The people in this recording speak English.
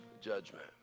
judgment